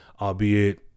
albeit